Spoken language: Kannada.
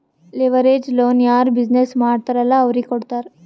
ಲಿವರೇಜ್ ಲೋನ್ ಯಾರ್ ಬಿಸಿನ್ನೆಸ್ ಮಾಡ್ತಾರ್ ಅಲ್ಲಾ ಅವ್ರಿಗೆ ಕೊಡ್ತಾರ್